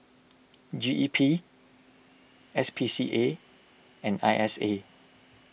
G E P S P C A and I S A